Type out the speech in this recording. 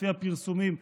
לפי הפרסומים,